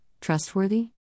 trustworthy